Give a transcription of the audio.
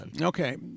Okay